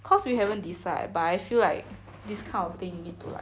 cause we haven't decide but I feel like these kind of thing you need to like